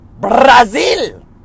Brazil